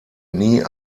nie